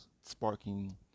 sparking